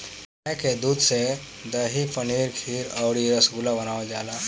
गाय के दूध से दही, पनीर खीर अउरी रसगुल्ला बनावल जाला